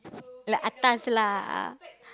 like atas lah